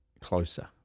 closer